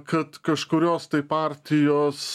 kad kažkurios tai partijos